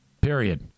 period